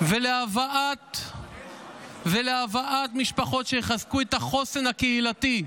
ולהבאת משפחות שיחזקו את החוסן הקהילתי,